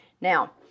Now